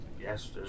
Yes